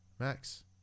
Max